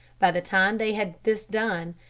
by the time they had this done,